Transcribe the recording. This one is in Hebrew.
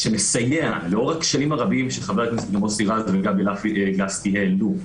שמסייע לאור הכשלים הרבים שחבר הכנסת מוסי רז וגבי לסקי העלו,